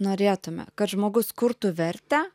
norėtume kad žmogus kurtų vertę